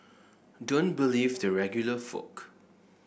don't believe the regular folk